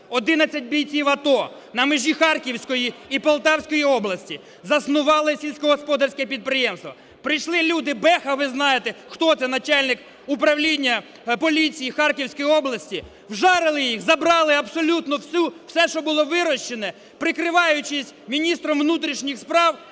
11 бійців АТО на межі Харківської і Полтавської області заснували сільськогосподарське підприємство. Прийшли люди Беха, ви знаєте, хто це, начальник управління поліції Харківської області, вжарили їх, забрали абсолютно все, що було вирощено, прикриваючись міністром внутрішніх справ,